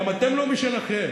גם אתם לא משלכם.